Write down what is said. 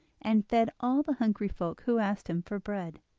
and fed all the hungry folk who asked him for bread.